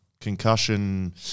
Concussion